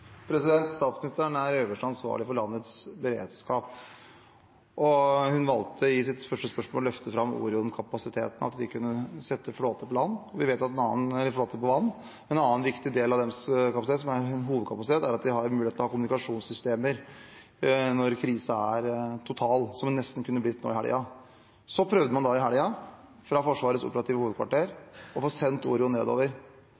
Statsministeren er den øverste ansvarlige for landets beredskap. Hun valgte i sitt første svar å løfte fram Orion-kapasiteten, at de kunne sette flåter på vann. Vi vet at en annen viktig del av deres kapasitet, som er en hovedkapasitet, er at de har mulighet til å ha kommunikasjonssystemer når krisen er total – som den nesten kunne blitt nå i helgen. Nå i helgen prøvde man fra Forsvarets operative